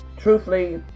truthfully